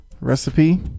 Recipe